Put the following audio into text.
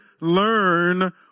learn